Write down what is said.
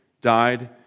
died